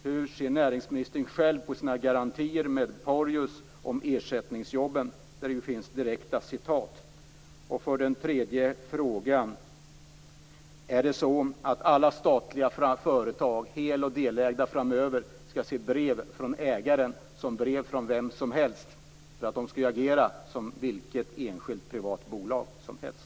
Hur ser näringsministern själv på sina garantier beträffande Porjus om ersättningsjobben - där finns det ju direkta citat? 3. Är det så att alla statliga företag, hel och delägda, framöver skall se brev från ägaren som brev från vem som helst - de skall ju agera som vilket enskilt privat bolag som helst?